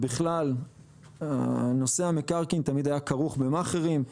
ובכלל נושא המקרקעין תמיד היה כרוך במכערים,